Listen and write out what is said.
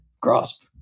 Grasp